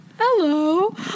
Hello